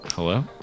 Hello